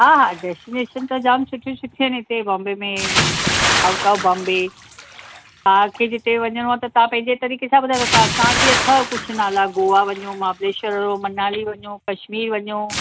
हा हा डेस्टीनेशन त जामु सुठियूं सुठियूं आहिनि हिते बॉम्बे में आउट ऑफ बॉम्बे तव्हां खे जिते वञिणो आहे त तव्हां पंहिंजे तरीक़े सां ॿुधायो तव्हां असां वटि बि अथव कुझु नाला गोआ वञो महाबलेश्वर वञो मनाली वञो कश्मीर वञो